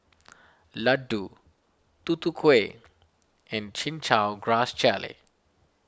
Laddu Tutu Kueh and Chin Chow Grass Jelly